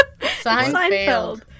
Seinfeld